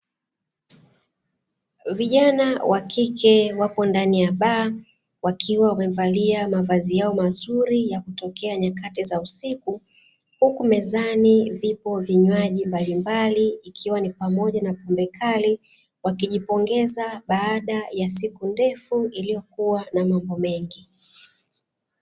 Vijana wa kike wapo ndani ya baa, wakiwa wamevaa mavazi yao mazuri ya kutokea wakati wa usiku, huku mezani vipo vinywaji mbalimbali ikiwa ni pamoja na pombekali, wakijipongeza baada ya siku ndefu iliyokuwa na mambo mengi.